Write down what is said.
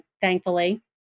thankfully